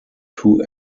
two